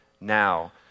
Now